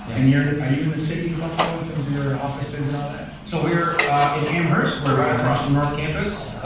and you're, and are you in the city of buffalo, in terms of your offices and all that? so we're in amherst. we're right across from north campus.